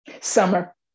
Summer